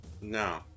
No